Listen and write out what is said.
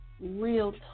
real